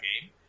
game